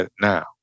now